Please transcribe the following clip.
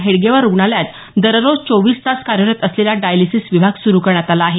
हेडगेवार रुग्णालयात दररोज चोवीस तास कायेरत असलेला डायलिसीस विभाग सुरु करण्यात आला आहे